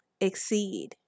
exceed